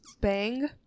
bang